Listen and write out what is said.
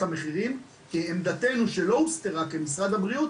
המחירים כי עמדתינו שלא הוסתרה כמשרד הבריאות